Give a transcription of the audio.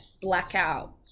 blackout